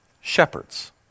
Shepherds